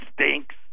Stinks